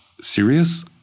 serious